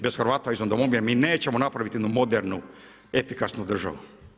Bez Hrvata izvan domovine mi nećemo napraviti jednu modernu, efikasnu državu.